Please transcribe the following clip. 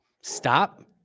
stop